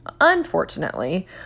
Unfortunately